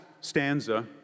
stanza